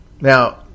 Now